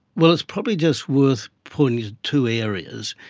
well, it's probably just worth pointing to two areas.